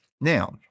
Now